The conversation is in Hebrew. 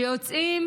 שיוצאים